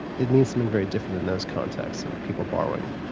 it means something very different in those contexts and people borrowing,